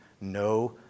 no